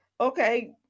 Okay